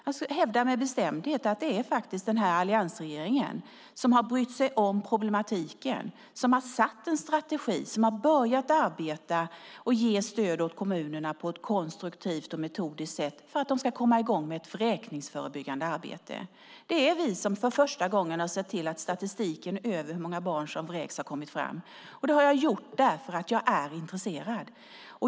Jag hävdar med bestämdhet att det är den här alliansregeringen som har brytt sig om problematiken, som har satt en strategi, som har börjat arbeta och ge stöd åt kommunerna på ett konstruktivt och metodiskt sätt, för att de ska komma i gång med ett vräkningsförebyggande arbete. Det är vi som för första gången har sett till att statistiken över hur många barn som vräks har kommit fram. Det har jag gjort därför att jag är intresserad.